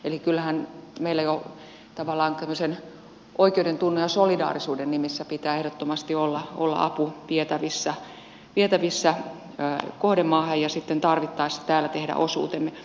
eli kyllähän meillä jo tavallaan tämmöisen oikeudentunnon ja solidaarisuuden nimissä pitää ehdottomasti olla apu vietävissä kohdemaahan ja sitten tarvittaessa täällä tehdä osuutemme